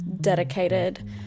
dedicated